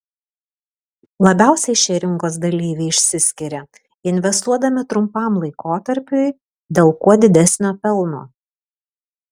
labiausiai šie rinkos dalyviai išsiskiria investuodami trumpam laikotarpiui dėl kuo didesnio pelno